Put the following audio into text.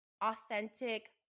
authentic